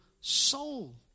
soul